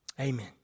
Amen